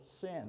sin